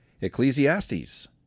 Ecclesiastes